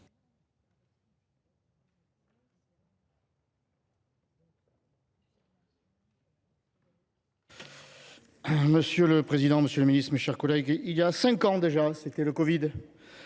Monsieur le président, monsieur le ministre, mes chers collègues, voilà cinq ans déjà, durant la crise